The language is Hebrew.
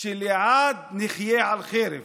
שלעד נחיה על חרב.